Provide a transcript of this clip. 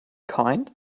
kind